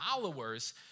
followers